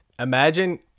Imagine